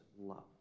love